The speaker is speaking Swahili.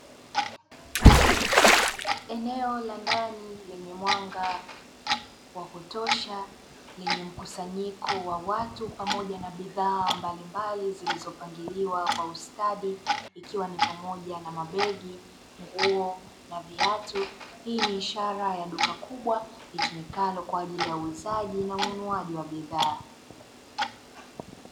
Eneo la ndani lenye mwanga wa kutosha lenye mkusanyiko wa watu pamoja na bidhaa mbalimbali, zilizopangiliwa kwa ustadi ikiwa ni pamoja na mabegi, nguo na viatu hii ni ishara ya duka kubwa litumikalo kwa ajili ya uuzaji na ununuaji wa bidhaa.